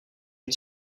het